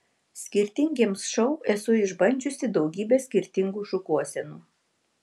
skirtingiems šou esu išbandžiusi daugybę skirtingų šukuosenų